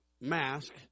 mask